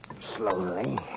slowly